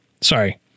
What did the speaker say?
Sorry